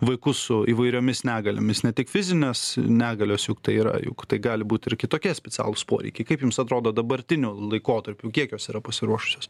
vaikus su įvairiomis negaliomis ne tik fizinės negalios juk tai yra juk tai gali būt ir kitokie specialūs poreikiai kaip jums atrodo dabartiniu laikotarpiu kiek jos yra pasiruošusios